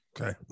Okay